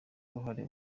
uruhare